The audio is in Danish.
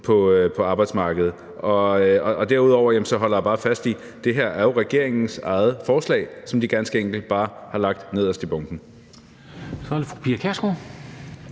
på arbejdsmarkedet. Derudover holder jeg bare fast i, at det her jo er regeringens eget forslag, som de ganske enkelt bare har lagt nederst i bunken. Kl.